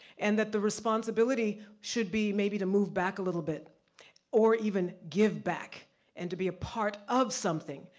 and that the responsibility should be, maybe to move back a little bit or even give back and to be a part of something,